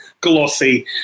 glossy